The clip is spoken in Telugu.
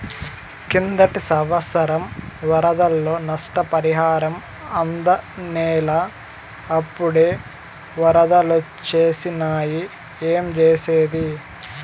కిందటి సంవత్సరం వరదల్లో నష్టపరిహారం అందనేలా, అప్పుడే ఒరదలొచ్చేసినాయి ఏంజేసేది